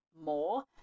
more